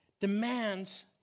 demands